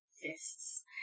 fists